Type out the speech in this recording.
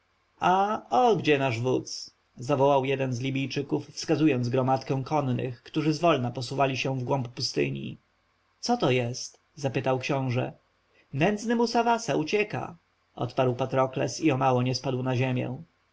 gdzie nasz wódz zawołał jeden z libijczyków wskazując gromadkę konnych którzy zwolna posuwali się w głąb pustyni co to jest zapytał książę nędzny musawasa ucieka odparł patrokles i o mało nie spadł na ziemię